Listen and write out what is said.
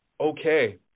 okay